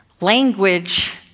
language